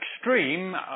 extreme